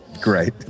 Great